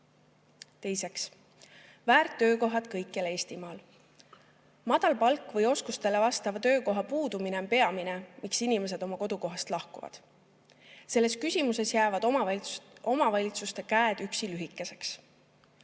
väärt töökohad kõikjal Eestimaal. Madal palk või oskustele vastava töökoha puudumine on peamine [põhjus], miks inimesed oma kodukohast lahkuvad. Selles küsimuses jäävad omavalitsuste käed üksi lühikeseks.